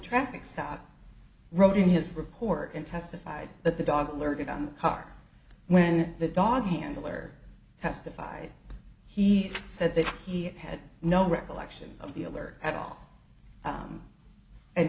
traffic stop wrote in his report and testified that the dog alerted on the car when the dog handler testified he said that he had no recollection of the alert at all